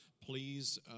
please